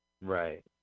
Right